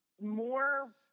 more